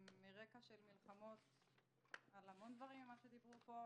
מרקע של מלחמות על המון דברים שגם דיברו עליהם פה,